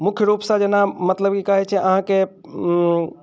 मुख्य रूपसँ जेना मतलब ई कहैत छै अहाँकेँ